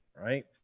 Right